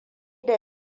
da